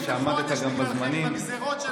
עם הגזרות שלכם.